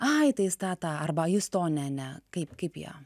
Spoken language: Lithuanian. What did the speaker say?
ai tai jis tą tą arba jis to ne ne kaip kaip jam